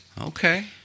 Okay